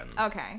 Okay